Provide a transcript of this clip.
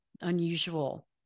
unusual